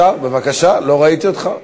סגן השר, בבקשה, לא ראיתי אותך.